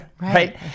right